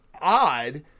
odd